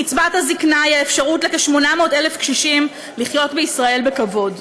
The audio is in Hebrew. קצבת הזקנה היא האפשרות של כ־800,000 קשישים לחיות בישראל בכבוד.